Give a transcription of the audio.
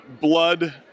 blood